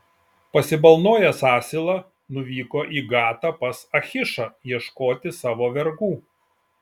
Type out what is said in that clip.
pasibalnojęs asilą nuvyko į gatą pas achišą ieškoti savo vergų